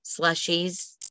Slushies